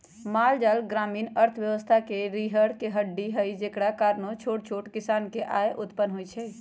माल जाल ग्रामीण अर्थव्यवस्था के रीरह के हड्डी हई जेकरा कारणे छोट छोट किसान के आय उत्पन होइ छइ